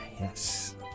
Yes